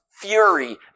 fury